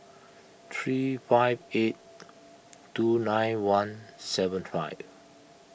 three five eight two nine one seven five